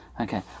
okay